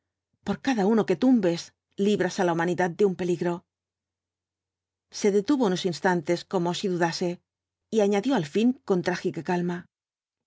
por cada uno que tumbes libras á la humanidad de un peligro se detuvo unos instantes como si dudase y añadió al ñn con trágica calma